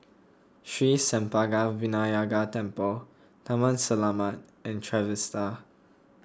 Sri Senpaga Vinayagar Temple Taman Selamat and Trevista